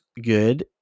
good